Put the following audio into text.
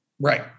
Right